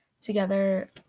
together